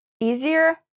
easier